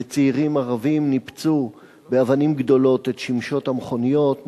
וצעירים ערבים ניפצו באבנים גדולות את שמשות המכוניות.